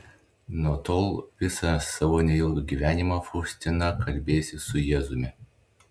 nuo tol visą savo neilgą gyvenimą faustina kalbėsis su jėzumi